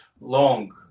long